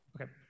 okay